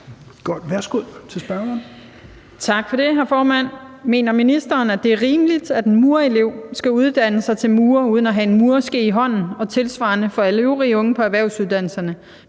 Trane Nørby (V): Tak for det, hr. formand. Mener ministeren, at det er rimeligt, at en murerelev skal uddanne sig til murer uden at have en murerske i hånden og tilsvarende for alle øvrige unge på erhvervsuddannelserne,